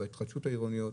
בהתחדשות העירונית.